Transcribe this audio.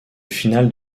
finales